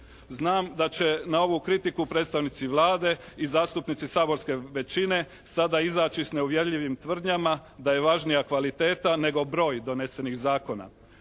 Znam da će na ovu kritiku predstavnici Vlade i zastupnici saborske većine sada izaći s neuvjerljivim tvrdnjama da je važnija kvaliteta nego broj donesenih zakona.